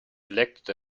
selected